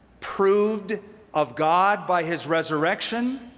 proved of god by his resurrection.